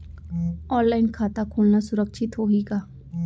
Online खाता खोलना सुरक्षित होही का?